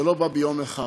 זה לא בא ביום אחד,